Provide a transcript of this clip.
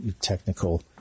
technical